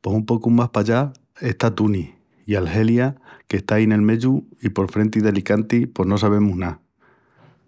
Pos un pocu más pallá está Túnis i Argelia, qu'está ai nel meyu i por frenti d'Alicanti, pos no sabemus ná.